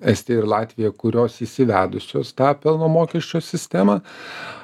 estija ir latvija kurios įsivedusios tą pelno mokesčio sistemą